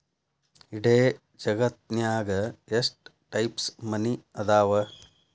ಇಡೇ ಜಗತ್ತ್ನ್ಯಾಗ ಎಷ್ಟ್ ಟೈಪ್ಸ್ ಮನಿ ಅದಾವ